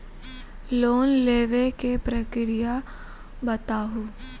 Loan लेवे के प्रक्रिया बताहू?